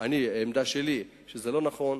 העמדה שלי היא שזה לא נכון,